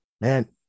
Man